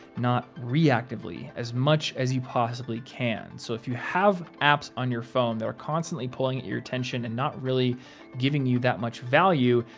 not reactively, as much as you possibly can. so if you have apps on your phone that are constantly pulling at your attention and not really giving you that much value,